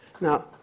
Now